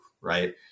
right